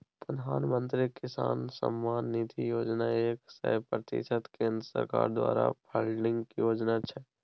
प्रधानमंत्री किसान सम्मान निधि योजना एक सय प्रतिशत केंद्र सरकार द्वारा फंडिंग योजना छै